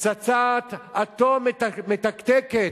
פצצת אטום מתקתקת,